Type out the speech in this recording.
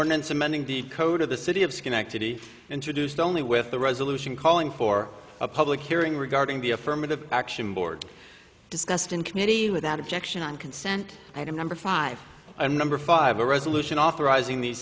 ordinance amending the code of the city of schenectady introduced only with the resolution calling for a public hearing regarding the affirmative action board discussed in committee without objection on consent item number five and number five a resolution authorizing the